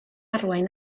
arwain